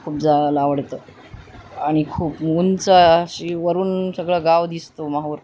खूप जागला आवडतं आणि खूप उंच अशी वरून सगळं गाव दिसतो माहूर